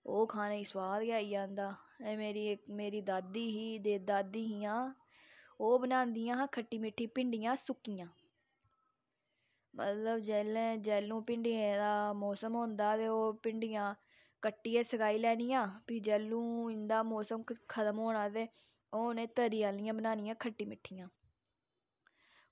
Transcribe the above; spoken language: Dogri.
ओह् खाने गी सोआद गै आई जंदा ते मेरी दादी ही ते दादी हियां ओह् बनांदियां हां खट्टी मिट्ठी भिंड्डियां सुक्कियां मतलब जेल्ले जैलूं भिंड्डियें दा मौसम होंदा ते ओह् भिंड्डियां कट्टियै सकाई लैनियां फ्ही जैलूं इंदा मौसम खतम होना ते ओह् उनें तरी आह्लियां बनानियां खट्टी मिट्ठियां